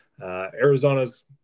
Arizona's